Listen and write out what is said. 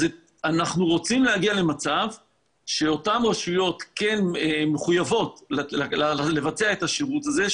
אז אנחנו רוצים להגיע למצב שאותן רשויות כן מחויבות לבצע את השירות הזה,